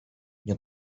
nie